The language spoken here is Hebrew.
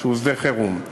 שהוא שדה חירום.